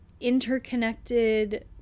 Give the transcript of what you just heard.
interconnected